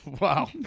wow